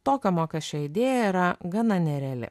tokio mokesčio idėja yra gana nereali